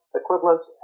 equivalent